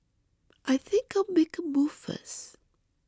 I think I'll make a move first